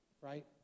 right